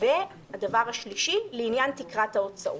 והדבר השלישי: לעניין תקרת ההוצאות.